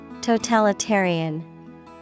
Totalitarian